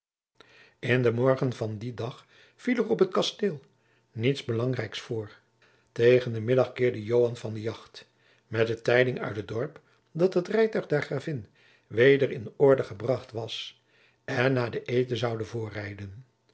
in den morgen van dien dag viel er op het kasteel niets belangrijks voor tegen den middag keerde joan van de jacht met de tijding uit het jacob van lennep de pleegzoon dorp dat het rijtuig der gravin weder in orde gebracht was en na den eten zoude voorrijden